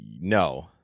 No